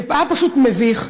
זה היה פשוט מביך.